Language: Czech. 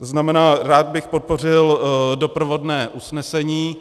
To znamená, rád bych podpořil doprovodné usnesení.